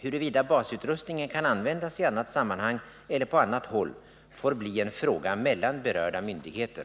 Huruvida basutrustningen kan användas i annat sammanhang eller på annat håll får bli en fråga mellan berörda myndigheter.